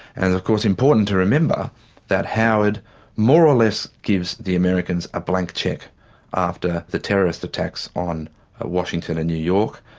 and of course important to remember that howard more or less gives the americans a blank cheque after the terrorist attacks on washington and new york,